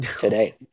today